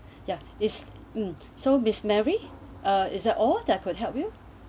ya it's mm so miss mary uh is that all that could help you